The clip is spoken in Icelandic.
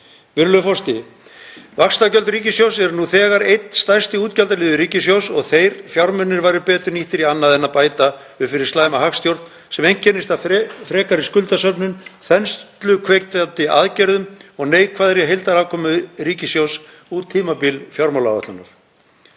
forseti. Vaxtagjöld ríkissjóðs eru nú þegar einn stærsti útgjaldaliður ríkissjóðs og þeir fjármunir væru betur nýttir í annað en að bæta upp fyrir slæma hagstjórn sem einkennist af frekari skuldasöfnun, þensluhvetjandi aðgerðum og neikvæðri heildarafkomu ríkissjóðs út tímabil fjármálaáætlunar.